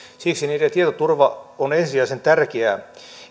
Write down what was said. siksi niiden tietoturva on ensisijaisen tärkeää